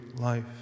life